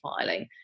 filing